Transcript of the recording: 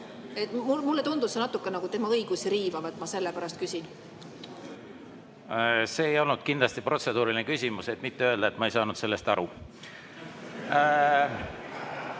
Mulle tundus see natuke nagu tema õigusi riivav, ma sellepärast küsin. See ei olnud kindlasti protseduuriline küsimus, et mitte öelda, et ma ei saanud sellest aru.